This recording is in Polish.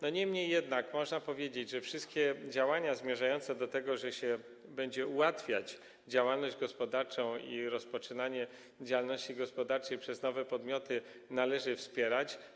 Niemniej jednak można powiedzieć, że wszystkie działania zmierzające do tego, że się będzie ułatwiać działalność gospodarczą i rozpoczynanie działalności gospodarczej przez nowe podmioty, należy wspierać.